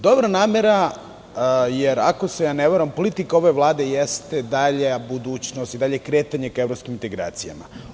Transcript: Dobra namera, jer ako se ne varam, dobra politika ove vlade jeste dalja budućnost i dalje kretanje ka evropskim integracijama.